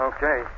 Okay